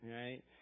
right